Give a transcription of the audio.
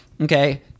okay